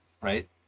right